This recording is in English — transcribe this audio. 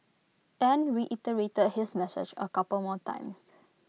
and reiterated his message A couple more times